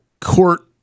court